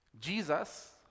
Jesus